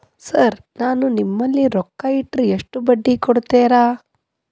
Sir ನಾನು ನಿಮ್ಮಲ್ಲಿ ರೊಕ್ಕ ಇಟ್ಟರ ಎಷ್ಟು ಬಡ್ಡಿ ಕೊಡುತೇರಾ?